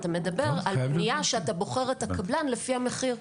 אתה מדבר על בנייה שאתה בוחר את הקבלן לפי המחיר.